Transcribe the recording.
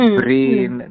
brain